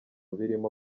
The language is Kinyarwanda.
birimo